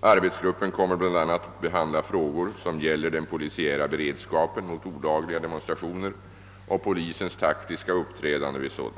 Arbetsgruppen kommer bl.a. att behandla frågor som gäller den polisiära beredskapen mot olagliga demonstrationer och polisens taktiska uppträdande vid sådana.